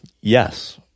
Yes